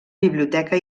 biblioteca